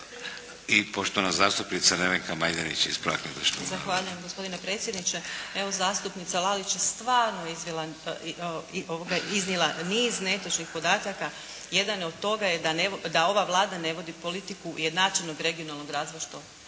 ispravak netočnog navoda. **Majdenić, Nevenka (HDZ)** Zahvaljujem gospodine predsjedniče. Evo, zastupnica Lalić je stvarno iznijela netočnih podataka. Jedan od toga je da ova Vlada ne vodi politiku ujednačenog regionalnog razvoja što